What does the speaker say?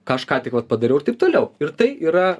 ką aš ką tik va padariau toliau ir tai yra